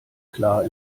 klar